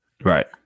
Right